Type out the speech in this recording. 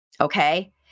Okay